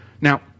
Now